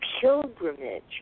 pilgrimage